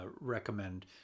recommend